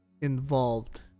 involved